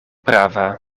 prava